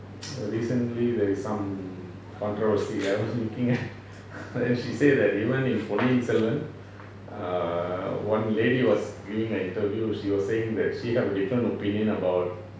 recently there is some controversy I was looking at and she say that even in ponniyin selvan err one lady was giving an interview she was saying that she have different opinion about